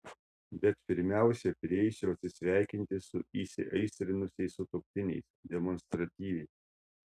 bet pirmiausia prieisiu atsisveikinti su įsiaistrinusiais sutuoktiniais demonstratyviai